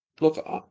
look